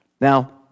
Now